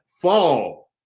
fall